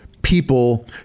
people